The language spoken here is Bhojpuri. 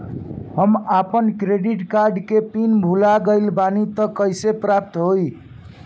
हम आपन क्रेडिट कार्ड के पिन भुला गइल बानी त कइसे प्राप्त होई?